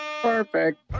Perfect